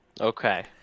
Okay